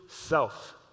self